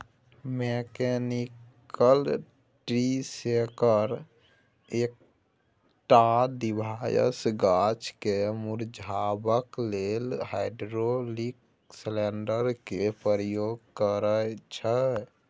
mechanical tree shaker एकटा device गाछ केँ मुरझेबाक लेल हाइड्रोलिक सिलेंडर केर प्रयोग करय छै